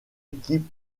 équipes